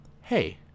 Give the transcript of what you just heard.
hey